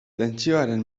tentsioaren